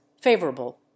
favorable